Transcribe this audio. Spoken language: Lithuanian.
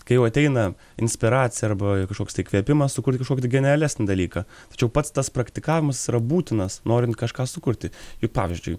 kai jau ateina inspiracija arbai kažkoks įkvėpimas tu kuri kažkokį tai genialesnį dalyką tačiau pats tas praktikavimas is yra būtinas norint kažką sukurti juk pavyzdžiui